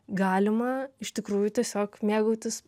galima iš tikrųjų tiesiog mėgautis